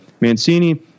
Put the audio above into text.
Mancini